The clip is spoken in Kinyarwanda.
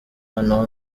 noneho